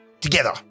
together